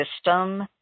system